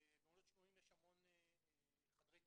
במעונות שיקומיים יש המון חדרי טיפול.